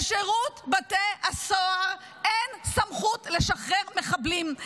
לשירות בתי הסוהר אין סמכות לשחרר מחבלים,